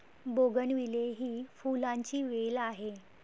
bougainvillea ही फुलांची वेल आहे